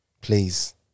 please